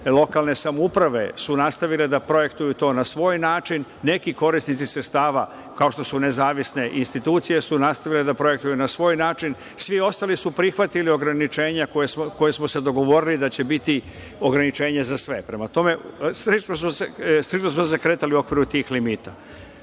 lokalne samouprave su nastavile da projektuju to na sovj način. Neki korisnici sredstava, kao što su nezavisne institucije su nastavile da projektuju na svoj način. Svi ostali su prihvatili ograničenja koja smo se dogovorili da će biti ograničenja za sve. Striktno su se kretali u okviru tih